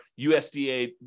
USDA